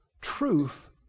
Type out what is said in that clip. truth